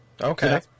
Okay